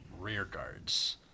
rearguards